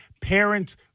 Parents